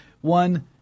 One